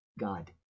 God